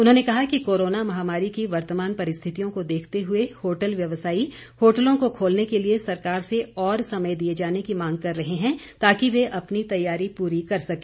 उन्होंने कहा कि कोरोना महामारी की वर्तमान परिस्थितियों को देखते हुए होटल व्यवसायी होटलों को खोलने के लिए सरकार से और समय दिए जाने की मांग कर रहे हैं ताकि वे अपनी तैयारी पूरी कर सके